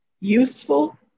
useful